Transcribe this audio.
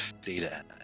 data